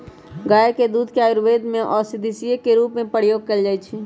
गाय के दूध के आयुर्वेद में औषधि के रूप में प्रयोग कएल जाइ छइ